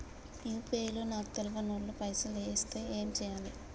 UPI లో నాకు తెల్వనోళ్లు పైసల్ ఎస్తే ఏం చేయాలి?